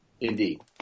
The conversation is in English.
Indeed